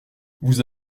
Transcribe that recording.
vous